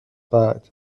بعد